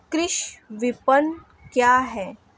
कृषि विपणन क्या है?